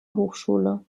hochschule